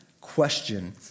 question